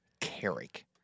Carrick